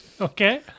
Okay